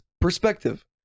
perspective